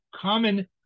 common